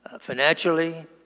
financially